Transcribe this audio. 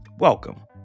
Welcome